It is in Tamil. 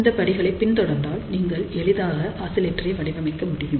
இந்த படிகளை பின் தொடர்ந்தால் நீங்கள் எளிதாக ஆசிலேட்டரை வடிவமைக்க முடியும்